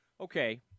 Okay